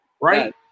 right